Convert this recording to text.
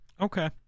Okay